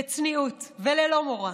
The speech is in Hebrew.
בצניעות וללא מורא.